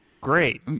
Great